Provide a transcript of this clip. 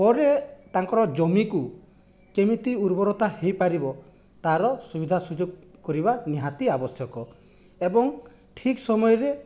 ପରେ ତାଙ୍କର ଜମିକୁ କେମିତି ଉର୍ବରତା ହୋଇପାରିବ ତାର ସୁବିଧା ସୁଯୋଗ କରିବା ନିହାତି ଆବଶ୍ୟକଏବଂ ଠିକ୍ ସମୟରେ